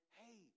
hey